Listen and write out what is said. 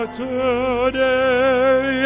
today